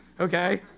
okay